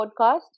podcast